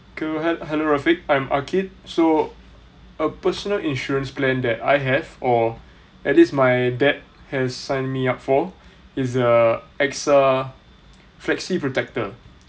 cool he~ hello rafik I'm so a personal insurance plan that I have or at least my dad has signed me up for is a AXA flexi protector